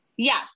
Yes